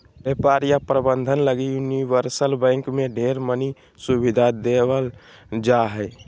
व्यापार या प्रबन्धन लगी यूनिवर्सल बैंक मे ढेर मनी सुविधा देवल जा हय